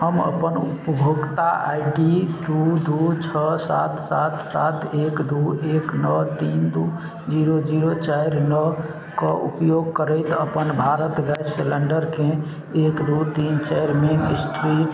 हम अपन उपभोक्ता आइ डी दुइ दुइ छओ सात सात सात एक दुइ एक नओ तीन दुइ जीरो जीरो चारि नओके उपयोग करैत अपन भारत गैस सिलेण्डरकेँ एक दुइ तीन चारिमे इस्ट्रीट